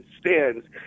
stands